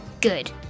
Good